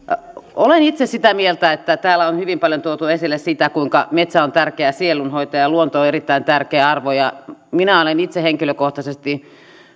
olen itse sitä mieltä että täällä on hyvin paljon tuotu esille sitä kuinka metsä on tärkeä sielunhoitaja ja luonto on erittäin tärkeä arvo ja minä henkilökohtaisesti